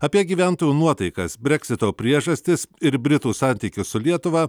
apie gyventojų nuotaikas breksito priežastis ir britų santykius su lietuva